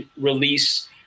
release